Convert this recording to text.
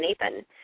Nathan